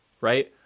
Right